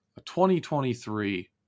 2023